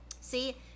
see